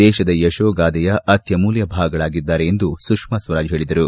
ದೇತದ ಯಶೋಗಾಥೆಯ ಅತ್ತಮೂಲ್ತ ಭಾಗಗಳಾಗಿದ್ದಾರೆ ಎಂದು ಸುಷ್ಪಾಸ್ವರಾಜ್ ಹೇಳದರು